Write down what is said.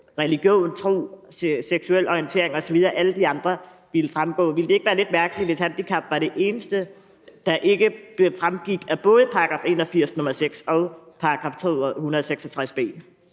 religion, tro, seksuel orientering osv. – alle de andre – ville fremgå. Ville det ikke være lidt mærkeligt, hvis handicap var det eneste, der ikke fremgik af både § 81, nr. 6, og § 266 b?